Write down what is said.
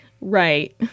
Right